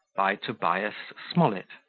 by tobias smollett